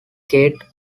gate